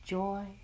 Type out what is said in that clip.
joy